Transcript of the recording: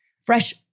fresh